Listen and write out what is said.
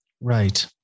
Right